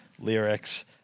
lyrics